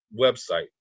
website